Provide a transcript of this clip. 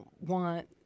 want